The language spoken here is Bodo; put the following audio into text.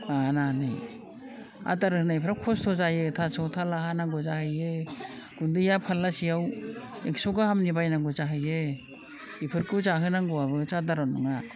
माबानानै आदार होनायफ्राव खस्थ' जायो थास' थाला हानांगौ जायो गुन्दैया फाल्लासेयाव एकस' गाहामनि बायनांगौ जाहैयो बिफोरखौ जाहोनांगौआबो साधारन नङा